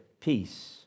Peace